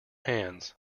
hands